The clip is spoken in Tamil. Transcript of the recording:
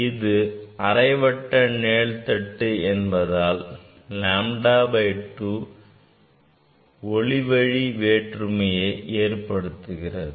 இது அரைவட்ட நிழல் தட்டு என்பதால் lambda by 2 ஒளிவழி வேற்றுமை ஏற்படுகிறது